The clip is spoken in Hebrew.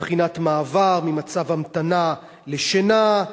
מבחינת מעבר ממצב המתנה לשינה,